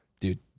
dude